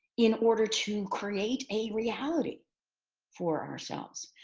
in order to create a reality for ourselves.